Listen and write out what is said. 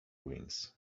ruins